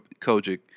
Kojic